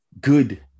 good